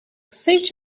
saved